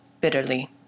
bitterly